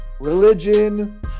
religion